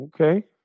Okay